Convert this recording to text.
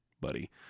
buddy